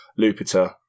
Lupita